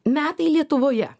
metai lietuvoje